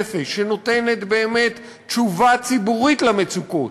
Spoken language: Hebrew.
נפש שנותנת באמת תשובה ציבורית על המצוקות.